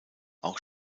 auch